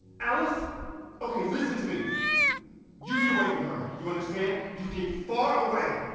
alice okay. listen to me you get away from her you understand? you get far away.